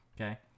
okay